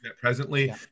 presently